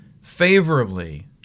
favorably